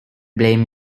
blame